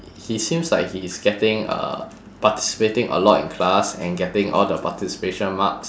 he seems like he is getting uh participating a lot in class and getting all the participation marks